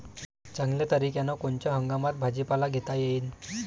चांगल्या तरीक्यानं कोनच्या हंगामात भाजीपाला घेता येईन?